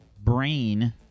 Brain